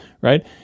right